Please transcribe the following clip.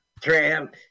tramp